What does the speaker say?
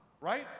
right